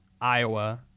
Iowa